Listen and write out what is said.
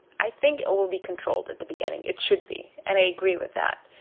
i think it will be controlled at the beginning, it should be and i agree with that.